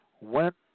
went